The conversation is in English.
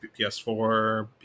PS4